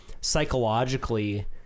psychologically